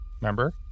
Remember